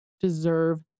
deserve